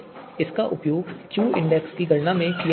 इसका उपयोग Q index की गणना में किया जाता है